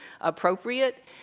appropriate